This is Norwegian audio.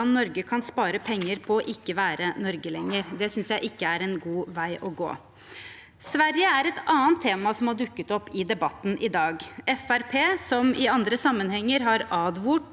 Norge kan spare penger på å ikke være Norge lenger. Det synes jeg ikke er en god vei å gå. Sverige er et annet tema som har dukket opp i debatten i dag. Fremskrittspartiet, som i andre sammenhenger har advart